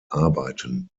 arbeiten